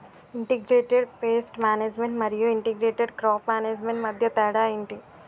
integrated pest management మరియు integrated crop management మధ్య తేడా ఏంటి